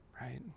right